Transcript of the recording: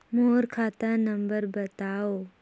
मोर खाता नम्बर बताव?